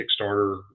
Kickstarter